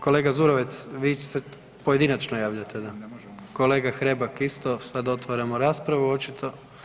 Kolega Zurovec vi se pojedinačno javljate, kolega Hrebak isto, sad otvaramo raspravu očito.